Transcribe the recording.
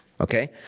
okay